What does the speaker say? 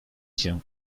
się